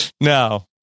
No